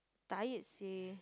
tired seh